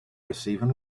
receiving